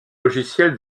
logiciel